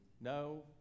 no